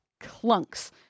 clunks